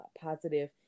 positive